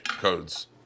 codes